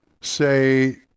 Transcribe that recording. Say